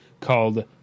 called